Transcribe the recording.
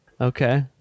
Okay